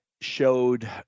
showed